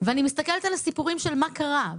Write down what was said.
ואני מסתכלת על הסיפורים של מה קרה,